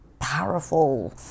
powerful